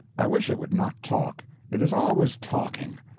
i wish it would not talk it is always talking.